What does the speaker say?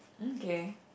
mm K